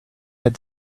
had